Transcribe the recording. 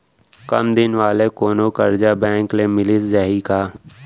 कम दिन वाले कोनो करजा बैंक ले मिलिस जाही का?